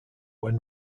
when